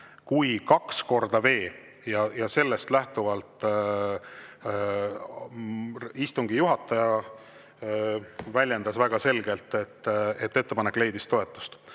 kui kaks korda V. Sellest lähtuvalt istungi juhataja väljendas väga selgelt, et ettepanek leidis toetust.